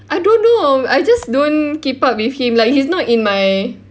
I don't know I just don't keep up with him like he's not in my